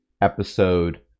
episode